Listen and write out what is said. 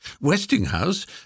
Westinghouse